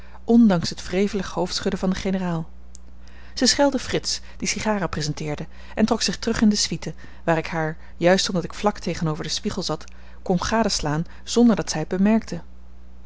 ondanks het wrevelig hoofdschudden van den generaal zij schelde frits die sigaren presenteerde en trok zich terug in de suite waar ik haar juist omdat ik vlak tegenover den spiegel zat kon gadeslaan zonder dat zij het bemerkte